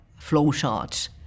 flowcharts